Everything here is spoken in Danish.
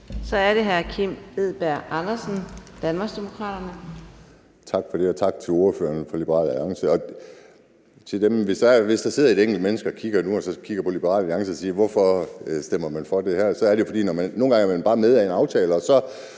Kl. 15:29 Kim Edberg Andersen (DD): Tak for det, og tak til ordføreren for Liberal Alliance. Hvis der sidder et enkelt menneske og kigger nu og kigger på Liberal Alliance og spørger, hvorfor man stemmer for det her, så er det jo, fordi man nogle gange bare er med i en aftale, og så